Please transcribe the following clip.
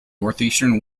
northeastern